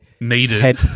Needed